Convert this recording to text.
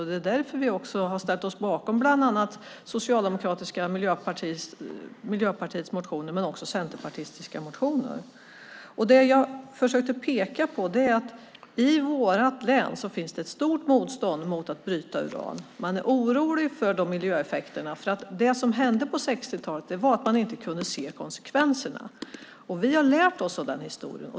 Det är därför vi har ställt oss bakom bland annat socialdemokratiska, miljöpartistiska och centerpartistiska motioner. Jag försökte peka på att det i vårt län finns ett stort motstånd mot att bryta uran. Vi är oroliga för miljöeffekterna. Det som hände på 60-talet var att man då inte kunde se konsekvenserna. Vi har lärt oss av historien.